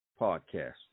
podcast